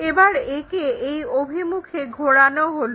এবার একে এই অভিমুখে ঘোরানো হলো